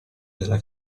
della